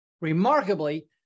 Remarkably